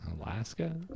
Alaska